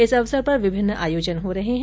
इस अवसर पर विभिन्न आयोजन हो रहे है